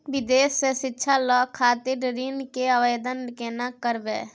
विदेश से शिक्षा लय खातिर ऋण के आवदेन केना करबे?